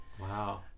Wow